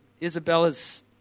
Isabella's